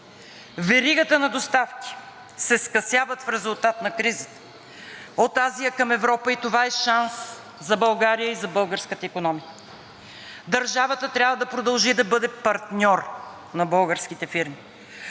Веригата на доставки се скъсява в резултат на кризата от Азия към Европа и това е шанс за България и за българската икономика. Държавата трябва да продължи да бъде партньор на българските фирми.